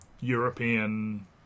European